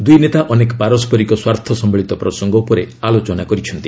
ଦୁଇ ନେତା ଅନେକ ପାରସ୍କରିକ ସ୍ୱାର୍ଥ ସମ୍ଭଳିତ ପ୍ରସଙ୍ଗ ଉପରେ ଆଲୋଚନା କରିଛନ୍ତି